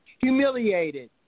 Humiliated